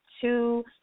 two